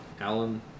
Alan